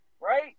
right